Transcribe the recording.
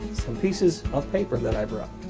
some pieces of paper that i brought.